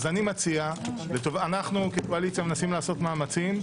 אנחנו כקואליציה מנסים לעשות מאמצים.